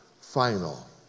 final